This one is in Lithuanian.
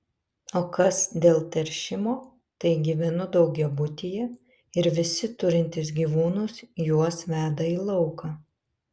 o kas dėl teršimo tai gyvenu daugiabutyje ir visi turintys gyvūnus juos veda į lauką